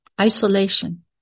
isolation